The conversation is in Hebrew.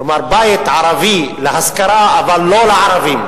כלומר, בית ערבי להשכרה, אבל לא לערבים.